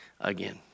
again